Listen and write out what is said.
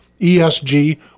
ESG